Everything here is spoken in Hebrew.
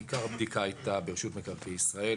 ועיקר הבדיקה הייתה ברשות מקרקעי ישראל,